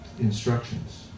instructions